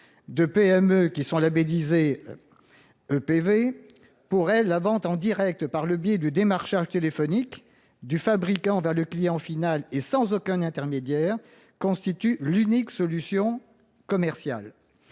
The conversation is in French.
de PME qui sont labellisés EPV Pour elle, la vente en direct, par le biais du démarchage téléphonique, du fabricant vers le client final et sans aucun intermédiaire, constitue l'unique solution commerciale.